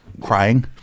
crying